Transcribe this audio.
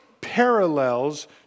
parallels